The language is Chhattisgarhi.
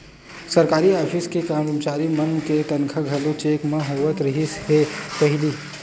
सरकारी ऑफिस के करमचारी मन के तनखा घलो चेक म होवत रिहिस हे पहिली